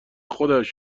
خودش